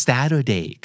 Saturday